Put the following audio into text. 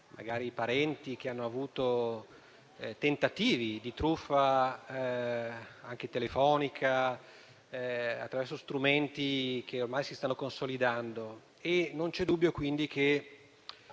o per parenti che hanno subito tentativi di truffa telefonica o attraverso strumenti che ormai si stanno consolidando. Non c'è dubbio quindi che